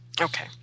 Okay